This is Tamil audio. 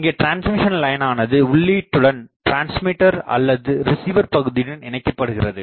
இங்கே டிரான்ஸ்மிஷன் லைன் ஆனது உள்ளீட்டுடன் டிரான்ஸ்மிட்டர் அல்லது ரிசிவர் பகுதியுடன் இணைக்கப்படுகிறது